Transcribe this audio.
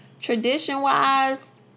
Tradition-wise